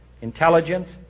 intelligence